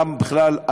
בכלל,